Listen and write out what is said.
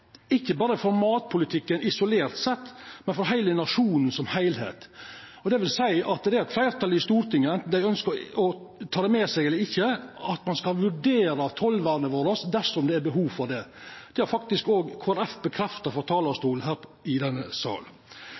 ikkje berre for matpolitikken isolert sett, men for heile nasjonen som heilskap. Det vil seia at det er eit fleirtal i Stortinget, anten dei ønskjer å ta det med seg eller ikkje, at tollvernet skal vurderast, dersom det er behov for det. Det har faktisk Kristeleg Folkeparti òg bekrefta frå talarstolen her i denne salen.